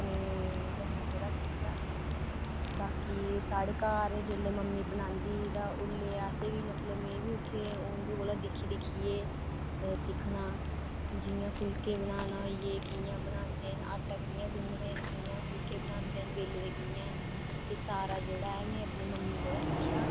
अपनी मम्मी कोला सिक्खे दा बाकी साढ़े घर जेल्लै मम्मी बनांदी ही मतलब ओह्ले अस बी मतलब में बी उत्थे दिक्खी दिक्खियै सिक्खना जि'यां फुल्के बनाना होई ए कि'यां बनांदे आटा कि'यां गुनदे बेलदे कि'यां न एह् सारा जेह्ड़ा ऐ में अपनी मम्मी कोला सिक्खेआ